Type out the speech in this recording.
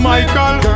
Michael